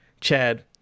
Chad